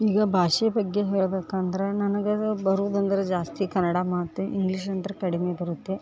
ಈಗ ಭಾಷೆ ಬಗ್ಗೆ ಹೇಳ್ಬೇಕು ಅಂದ್ರೆ ನನಗೆ ಅದು ಬರುದು ಅಂದ್ರೆ ಜಾಸ್ತಿ ಕನ್ನಡ ಮಾತೇ ಇಂಗ್ಲೀಷ್ ಅಂದ್ರೆ ಕಡಿಮೆ ಬರುತ್ತೆ